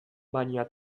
baina